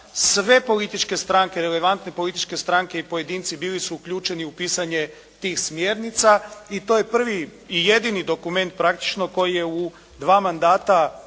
Sve političke stranke, relevantne političke stranke i pojedinci bili su uključeni u pisanje tih smjernica i to je prvi i jedini dokument praktično koji je u dva mandata